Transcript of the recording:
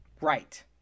Right